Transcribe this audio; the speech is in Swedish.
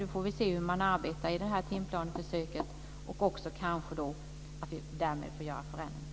Vi får se hur man arbetar i det här försöket, och därmed får vi kanske också göra förändringar när det gäller betygen.